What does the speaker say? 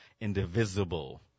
indivisible